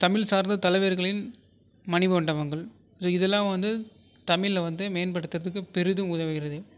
தமிழ் சார்ந்த தலைவர்களின் மணிமண்டபங்கள் இதெலாம் வந்து தமிழை வந்து மேன்படுத்துகிறதுக்கு பெரிதும் உதவுகிறது